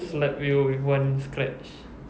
slap you with one scratch